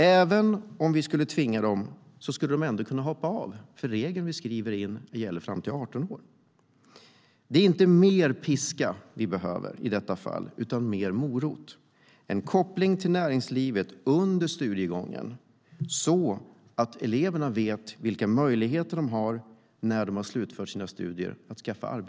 Även om vi skulle tvinga dem skulle de ändå kunna hoppa av, för regeln vi skriver in gäller bara fram till 18 år.